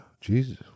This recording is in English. Jesus